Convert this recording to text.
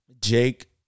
Jake